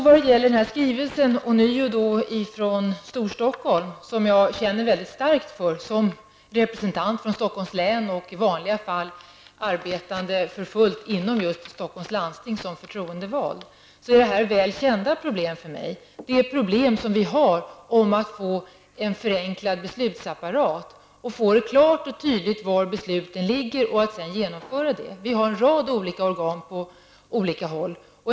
Vad ånyo gäller skrivelsen från Storstockholm -- jag vill då säga att jag känner väldigt starkt för den som representant för Stockholms län, eftersom jag arbetat, för fullt som förtroendevald inom Stockholms läns landsting -- är det här fråga om problem som är väl kända för mig. Det gäller problem som sammanhänger med behovet av att få en förenklad beslutsapparat. Det gäller ju att klart och tydligt kunna veta var besluten ligger. Sedan får man genomföra det som har beslutats. Det finns ju en rad olika organ på olika håll.